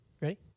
ready